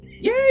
Yay